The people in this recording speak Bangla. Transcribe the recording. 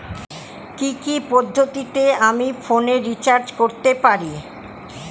কি কি পদ্ধতিতে আমি ফোনে রিচার্জ করতে পারি?